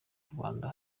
rwanda